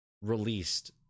released